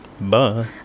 Bye